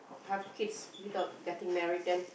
have kids without getting married then